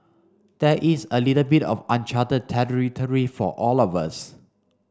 there is a little bit of uncharted territory for all of us